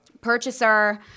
purchaser